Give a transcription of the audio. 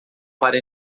para